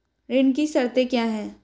ऋण की शर्तें क्या हैं?